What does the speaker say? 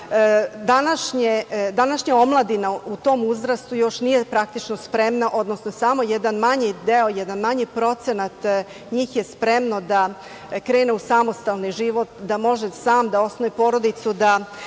Današnja omladina u tom uzrastu još nije praktično spremna, odnosno samo jedan manji deo, jedan manji procenat njih je spremno da krene u samostalni život, da može sam da osnuje porodicu, da